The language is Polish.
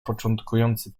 początkujący